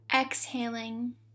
Exhaling